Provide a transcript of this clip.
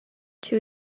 too